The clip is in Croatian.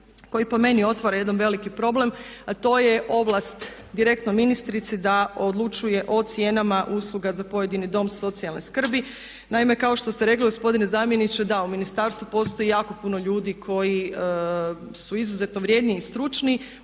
koji po meni otvara jedan veliki problem a to je ovlast direktno ministrice da odlučuje o cijenama usluga za pojedini dom socijalne skrbi. Naime, kao šte ste rekli gospodine zamjeniče da u Ministarstvu postoji jako puno ljudi koji su izuzetno vrijedni i stručni,